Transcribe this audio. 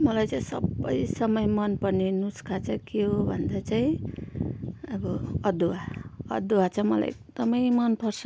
मलाई चाहिँ सबै समय मन पर्ने नुस्का चाहिँ के हो भन्दा चाहिँ अब अदुवा अदुवा चाहिँ मलाई एकदमै मन पर्छ